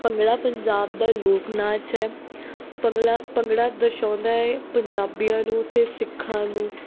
ਭੰਗੜਾ ਪੰਜਾਬ ਦਾ ਲੋਕ ਨਾਚ ਹੈ ਭੰਗੜਾ ਭੰਗੜਾ ਦਰਸਾਉਂਦਾ ਹੈ ਪੰਜਾਬੀਆਂ ਨੂੰ ਅਤੇ ਸਿੱਖਾਂ ਨੂੰ